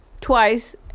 twice